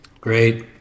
Great